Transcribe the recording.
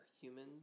human